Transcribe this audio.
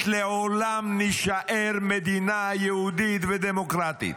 לעולם נישאר מדינה יהודית ודמוקרטית.